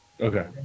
Okay